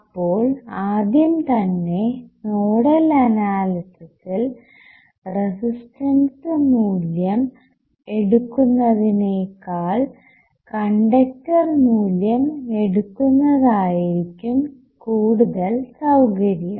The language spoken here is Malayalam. അപ്പോൾ ആദ്യം തന്നെ നോഡൽ അനാലിസിസിൽ റെസിസ്റ്റൻസ് മൂല്യം എടുക്കുന്നതിനേക്കാൾ കണ്ടക്ടർ മൂല്യം എടുക്കുന്നതായിരിക്കും കൂടുതൽ സൌകര്യം